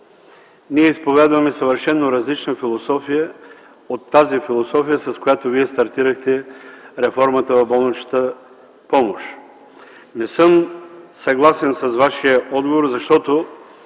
изповядвам съвършено различна философия от тази, с която стартирахте реформата в болничната помощ. Не съм съгласен с Вашия отговор, защото